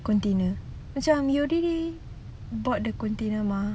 container macam you already bought the container mah